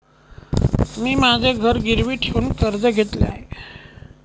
मी माझे घर गिरवी ठेवून कर्ज घेतले आहे